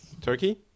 Turkey